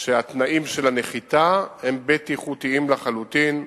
שהתנאים של הנחיתה הם בטיחותיים לחלוטין,